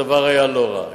הדבר היה לא רע.